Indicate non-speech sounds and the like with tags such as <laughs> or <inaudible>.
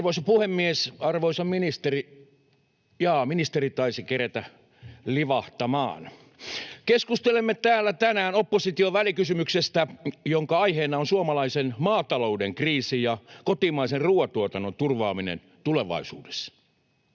Arvoisa puhemies! Arvoisa ministeri... — Jaa, ministeri taisi keretä livahtamaan. <laughs> Keskustelemme täällä tänään opposition välikysymyksestä, jonka aiheena on suomalaisen maatalouden kriisi ja kotimaisen ruuantuotannon turvaaminen tulevaisuudessa.